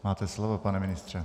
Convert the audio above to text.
Máte slovo, pane ministře.